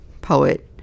poet